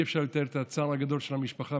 אי-אפשר לתאר את הצער הגדול של המשפחה,